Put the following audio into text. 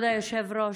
כבוד היושב-ראש,